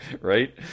right